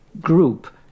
group